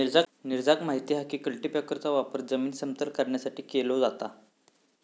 नीरजाक माहित हा की कल्टीपॅकरचो वापर जमीन समतल करण्यासाठी केलो जाता